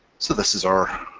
so this is our